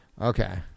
Okay